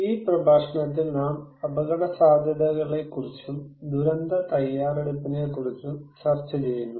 ഈ പ്രഭാഷണത്തിൽ നാം അപകടസാധ്യതകളെക്കുറിച്ചും ദുരന്ത തയ്യാറെടുപ്പിനെക്കുറിച്ചും ചർച്ച ചെയ്യുന്നു